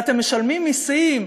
ואתם משלמים מסים,